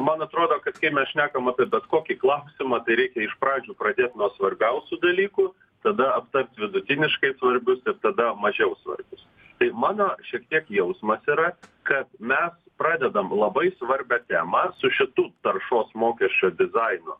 man atrodo kad kai mes šnekam apie bet kokį klausimą tai reikia iš pradžių pradėt nuo svarbiausių dalykų tada aptart vidutiniškai turgus ir tada mažiau svarbius tai mano šiek tiek jausmas yra kad mes pradedam labai svarbią temą su šitu taršos mokesčio dizainu